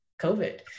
COVID